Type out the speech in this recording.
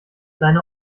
deine